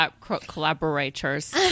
collaborators